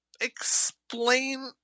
explain